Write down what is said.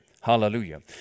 hallelujah